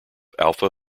alpha